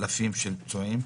אלפי פצועים.